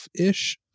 ish